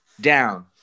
down